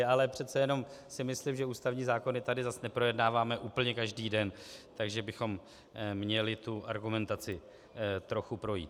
Ale přece jenom si myslím, že ústavní zákony tady zase neprojednáváme úplně každý den, takže bychom měli tu argumentaci trochu projít.